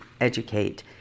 educate